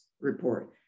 report